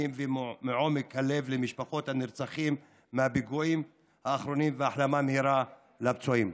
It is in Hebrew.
ומעומק הלב למשפחות הנרצחים בפיגועים האחרונים והחלמה מהירה לפצועים.